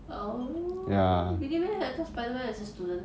oh really meh I thought spider-man is a student